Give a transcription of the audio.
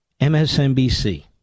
MSNBC